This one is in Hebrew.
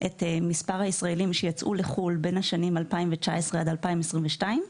את מספר הישראלים שיצאו לחו"ל בין השנים 2019 עד 2022,